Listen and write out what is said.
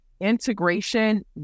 integration